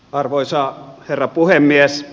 arvoisa herra puhemies